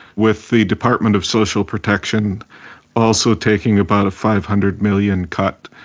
with the department of social protection also taking about a five hundred million cut,